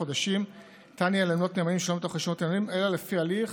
חודשים ניתן יהיה למנות נאמנים שלא מתוך רשימות נאמנים אלא לפי הליך